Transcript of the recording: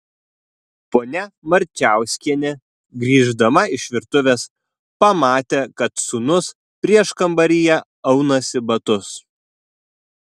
ponia marčiauskienė grįždama iš virtuvės pamatė kad sūnus prieškambaryje aunasi batus